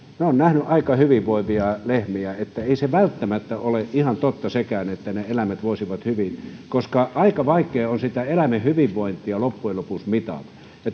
olen nähnyt aika hyvinvoivia lehmiä ei se välttämättä ole ihan totta sekään etteivät ne eläimet voisi hyvin koska aika vaikea on eläimen hyvinvointia loppujen lopuksi mitata